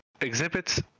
Exhibits